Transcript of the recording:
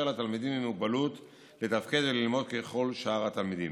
לתלמידים עם מוגבלות לתפקד וללמוד ככל שאר התלמידים.